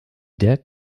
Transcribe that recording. der